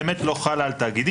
באמת לא חלה על תאגידים.